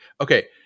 Okay